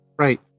Right